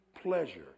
pleasure